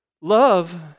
love